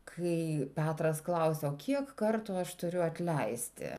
kai petras klausia kiek kartų aš turiu atleisti